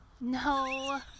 no